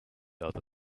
other